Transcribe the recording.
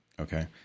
okay